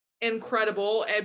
incredible